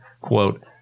Quote